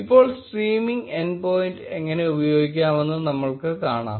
ഇപ്പോൾ streaming endpoint എങ്ങനെ ഉപയോഗിക്കാമെന്ന് നമ്മൾക്ക് കാണാം